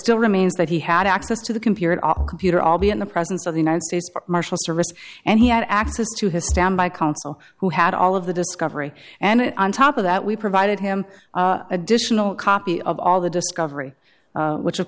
still remains that he had access to the computer at all computer i'll be in the presence of the united states marshal service and he had access to his standby counsel who had all of the discovery and on top of that we provided him additional copy of all the discovery which of